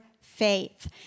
faith